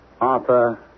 Arthur